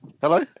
Hello